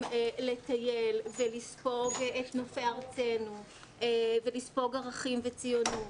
לטייל ולספוג את נופי ארצנו ולספוג ערכים וציונות.